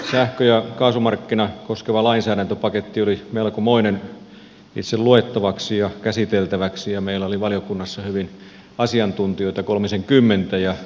sähkö ja kaasumarkkinaa koskeva lainsäädäntöpaketti oli melkomoinen itse luettavaksi ja käsiteltäväksi ja meillä oli valiokunnassa hyvin asiantuntijoita kolmisenkymmentä